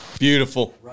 Beautiful